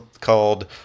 called